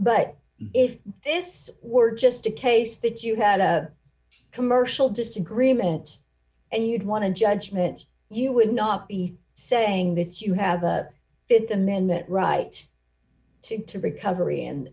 but if this were just a case that you had a commercial disagreement and you'd want to judgment you would not be saying that you have a th amendment right to recovery and